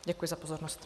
Děkuji za pozornost.